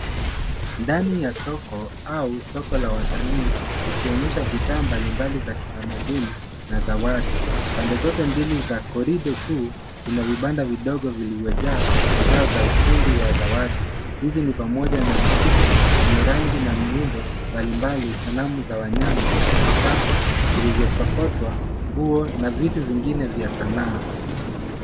Ndani ya soko au soko la watalii likionyesha bidhaa mbali mbali za kitamaduni na zawadi. Pande zote mbili za corridor kuu kuna vibanda vidogo vilivyojaa bidhaa za ufundi wa zawadi. Hizi ni pamoja na mifuko yenye rangi na miundo mbali mbali, sanamu za wanyama, vikapu vilivyosokotwa, nguo na vitu vingine vya sanaa.